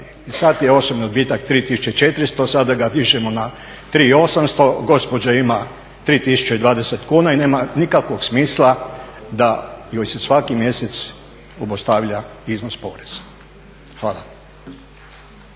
sada je osobni odbitak 3.400 sada ga dižemo na 3.800, gospođa ima 3.020 kuna i nema nikakvog smisla da joj se svaki mjesec obustavlja iznos poreza. Hvala.